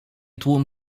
tłum